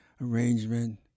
arrangement